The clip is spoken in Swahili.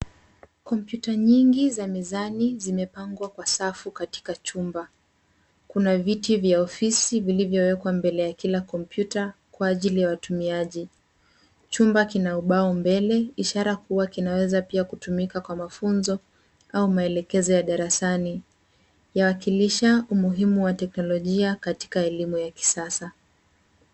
Computer nyingi za mezani zimepangwa kwa safu katika chumba. Kuna viti vya ofisi vilivyowekwa mbele ya kila computer kwa ajili ya watumiaji. Chumba kina ubao mbele, ishara kuwa kinaweza pia kutumika kwa mafunzo au maelekezo ya darasani, yawakilisha umuhimu wa teknolojia katika elimu ya kisasa.